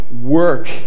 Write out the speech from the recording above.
work